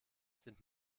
sind